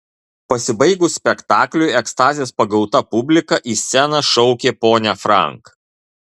pasibaigus spektakliui ekstazės pagauta publika į sceną šaukė ponią frank